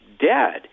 dead